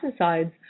pesticides